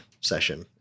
session